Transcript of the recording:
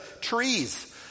trees